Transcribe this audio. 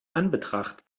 anbetracht